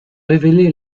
révélé